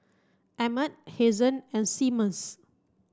Emmett Hazen and Seamus